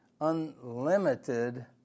unlimited